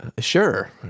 Sure